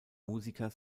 musiker